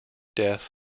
death